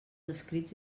escrits